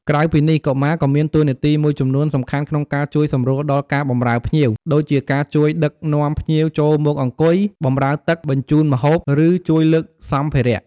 ក្រៅពីនេះ កុមារក៏មានតួនាទីមួយចំនួនសំខាន់ក្នុងការជួយសម្រួលដល់ការបម្រើភ្ញៀវ ដូចជាការជួយដឹកនាំភ្ញៀវចូលមកអង្គុយ បម្រើទឹក បញ្ជូនម្ហូប ឬជួយលើកសម្ភារៈ។